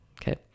okay